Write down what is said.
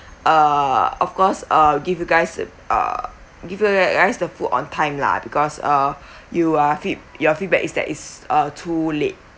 uh of course uh give you guys uh give you gu~ guys the food on time lah because uh you are feed~ your feedback is that it's uh too late